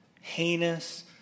heinous